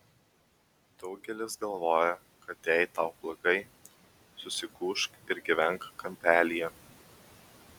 daugelis galvoja kad jei tau blogai susigūžk ir gyvenk kampelyje